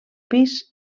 pis